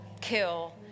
kill